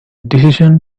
decision